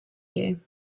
you